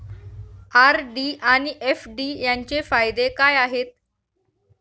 RD आणि FD यांचे फायदे काय आहेत?